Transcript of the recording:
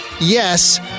yes